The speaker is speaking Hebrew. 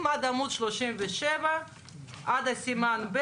זה ייקח עוד זמן,